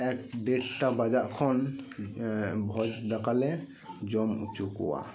ᱮᱠ ᱰᱮᱴ ᱴᱟ ᱵᱟᱡᱟᱜ ᱠᱷᱚᱱ ᱵᱷᱚᱡᱽ ᱫᱟᱠᱟᱞᱮ ᱡᱚᱢ ᱦᱚᱪᱚ ᱠᱚᱣᱟ